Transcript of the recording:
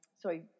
sorry